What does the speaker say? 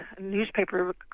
newspaper